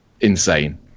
Insane